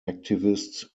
activist